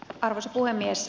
arvoisa puhemies